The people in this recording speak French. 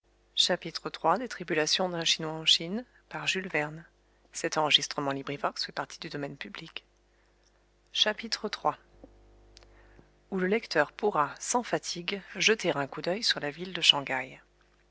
nette iii où le lecteur pourra sans fatigue jeter un coup d'oeil sur la ville de shang haï